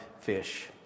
fish